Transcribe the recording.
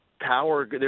power